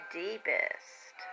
deepest